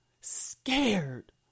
scared